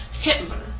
Hitler